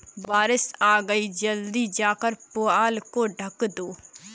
बारिश आ गई जल्दी जाकर पुआल को ढक दो